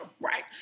right